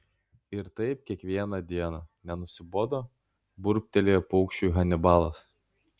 ir taip kiekvieną dieną nenusibodo burbtelėjo paukščiui hanibalas